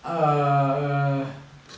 err